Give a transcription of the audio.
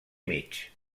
mig